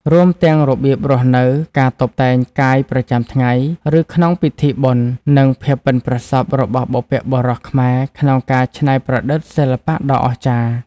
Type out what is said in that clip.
រួមទាំងរបៀបរស់នៅ (ការតុបតែងកាយប្រចាំថ្ងៃ ឬក្នុងពិធីបុណ្យ) និង ភាពប៉ិនប្រសប់របស់បុព្វបុរសខ្មែរក្នុងការច្នៃប្រឌិតសិល្បៈដ៏អស្ចារ្យ។